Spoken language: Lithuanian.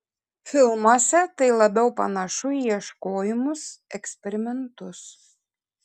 filmuose tai labiau panašu į ieškojimus eksperimentus